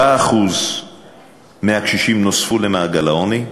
נוספו 4% מהקשישים למעגל העוני.